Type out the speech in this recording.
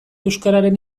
euskararen